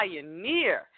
pioneer